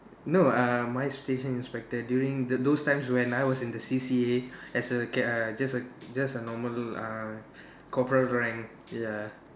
no uh mine is station inspector during those time when I was in the C_C_A as a cad~ uh just a just a normal uh corporal rank ya